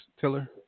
Tiller